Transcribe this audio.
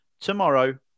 tomorrow